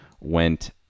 went